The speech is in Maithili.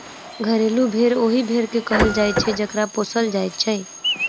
घरेलू भेंड़ ओहि भेंड़ के कहल जाइत छै जकरा पोसल जाइत छै